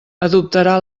adoptarà